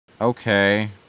Okay